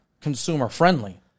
consumer-friendly